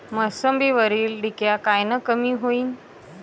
मोसंबीवरील डिक्या कायनं कमी होईल?